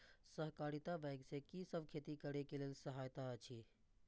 सहकारिता बैंक से कि सब खेती करे के लेल सहायता अछि?